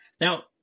Now